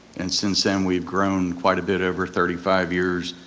and since then we've grown quite a bit over thirty five years.